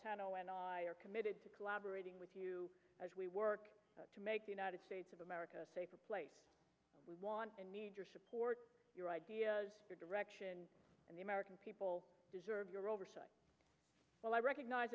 o and are committed to collaborating with you as we work to make the united states of america safer place we want and need your support your ideas your direction and the american people deserve your oversight well i recognize